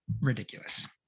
ridiculous